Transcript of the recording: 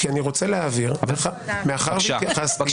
מאחר שאני רוצה להבהיר -- בבקשה, סיים.